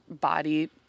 body